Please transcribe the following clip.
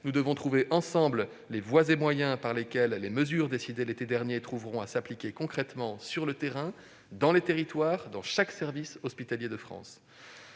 nous devons trouver ensemble les voies et moyens par lesquels les mesures décidées l'été dernier trouveront à s'appliquer concrètement, sur le terrain, dans les territoires, dans chaque service hospitalier de France.